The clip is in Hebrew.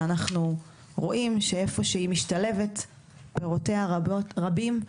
שאנחנו רואים שבמקום שהיא משתלבת פירותיה רבים.